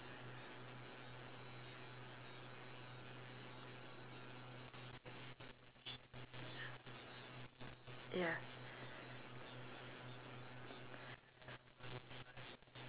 ya